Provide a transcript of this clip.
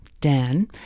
Dan